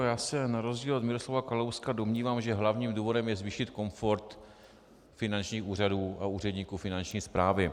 Já se na rozdíl od Miroslava Kalouska domnívám, že hlavním důvodem je zvýšit komfort finančních úřadů a úředníků finanční správy.